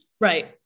Right